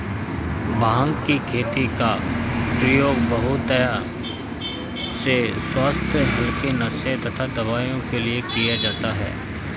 भांग की खेती का प्रयोग बहुतायत से स्वास्थ्य हल्के नशे तथा दवाओं के लिए किया जाता है